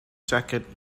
jacket